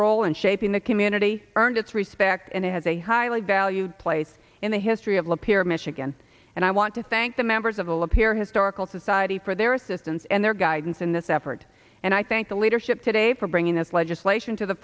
role in shaping the community earns its respect and it has a highly valued place in the history of lapeer michigan and i want to thank the members of all of here historical society for their assistance and their guidance in this effort and i thank the leadership today for bringing this legislation to the